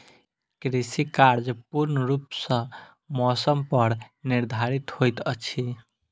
कृषि कार्य पूर्ण रूप सँ मौसम पर निर्धारित होइत अछि